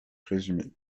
présumée